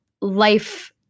life